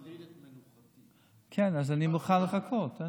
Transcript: כן, אני מוכן לחכות.